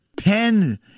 pen